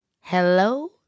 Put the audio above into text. Hello